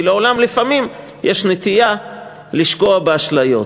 כי לעולם לפעמים יש נטייה לשקוע באשליות.